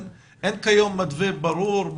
כיום אין מתווה ברור.